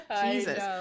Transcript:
Jesus